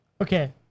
Okay